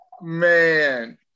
Man